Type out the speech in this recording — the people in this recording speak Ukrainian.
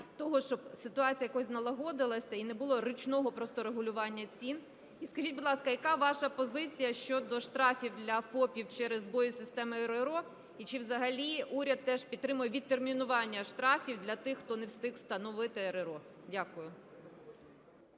того, щоб ситуація якось налагодилася і не було ручного просто регулювання цін? І скажіть, будь ласка, яка ваша позиція щодо штрафів для ФОПів через збої системи РРО? Чи взагалі уряд теж підтримує відтермінування штрафів для тих, хто не встиг встановити РРО? Дякую.